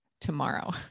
tomorrow